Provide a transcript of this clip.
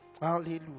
Hallelujah